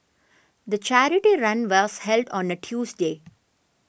the charity run was held on a Tuesday